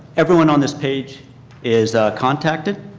everyone on this page is contacted.